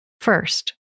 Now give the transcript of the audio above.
First